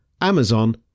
Amazon